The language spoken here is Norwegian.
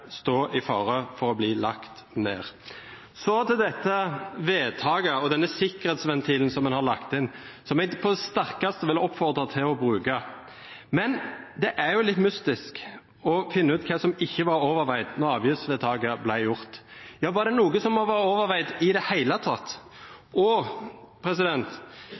stå i fare for å bli lagt ned. Så til vedtaket og sikkerhetsventilen en har lagt inn, og som jeg på det sterkeste vil oppfordre til å bruke. Men det er jo litt mystisk – hva var det som ikke var overveid da avgiftsvedtaket ble gjort? Var det i det hele tatt noe som var overveid? Og